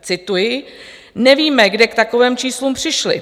Cituji: Nevíme, kde k takovým číslům přišli.